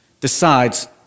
decides